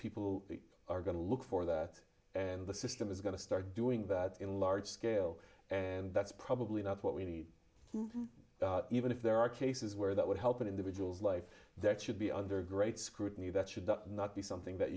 people are going to look for that and the system is going to start doing that in large scale and that's probably not what we need even if there are cases where that would help an individual's life that should be under great scrutiny that should not be something that